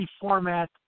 format